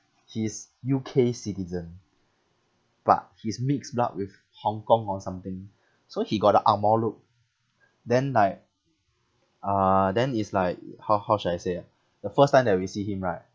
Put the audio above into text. he's U_K citizen but he's mixed blood with hong kong or something so he got the ang mo look then like uh then is like how how should I say ah the first time that we see him right